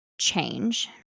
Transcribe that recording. change